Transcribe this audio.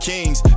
Kings